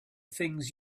things